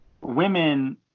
women